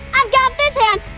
um got this hand.